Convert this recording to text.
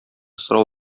сорау